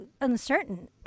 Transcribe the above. uncertain